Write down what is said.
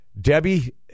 Debbie